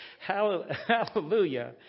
Hallelujah